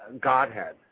Godhead